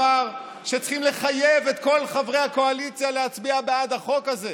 אמר שצריכים לחייב את כל חברי הקואליציה להצביע בעד החוק הזה?